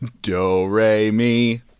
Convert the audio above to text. Do-re-mi